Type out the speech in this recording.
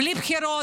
בלי בחירות,